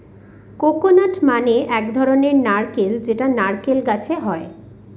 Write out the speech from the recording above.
coconut মানে এক ধরনের নারকেল যেটা নারকেল গাছে হয়